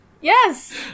Yes